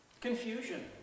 confusion